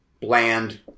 bland